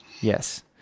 Yes